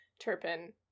Turpin